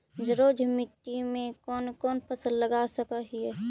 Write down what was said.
जलोढ़ मिट्टी में कौन कौन फसल लगा सक हिय?